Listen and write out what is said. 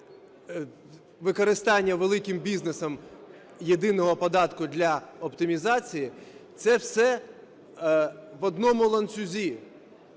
використання великим бізнесом єдиного податку для оптимізації, це все в одному ланцюзі,